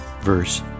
verse